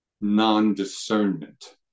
non-discernment